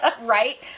right